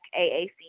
AAC